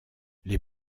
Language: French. les